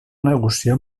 negociar